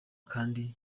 kandi